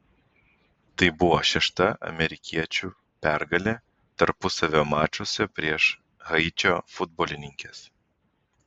tai buvo šešta amerikiečių pergalė tarpusavio mačuose prieš haičio futbolininkes